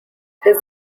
his